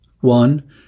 One